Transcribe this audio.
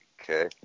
Okay